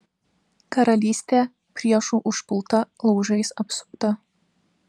karalystė priešų užpulta laužais apsupta